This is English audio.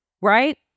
right